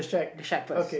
the shack first